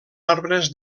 arbres